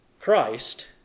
Christ